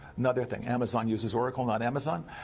another thing, amazon uses oracle, not amazon.